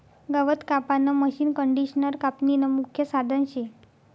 गवत कापानं मशीनकंडिशनर कापनीनं मुख्य साधन शे